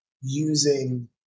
using